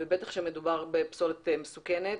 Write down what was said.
ובטח כאשר מדובר בפסולת מסוכנת.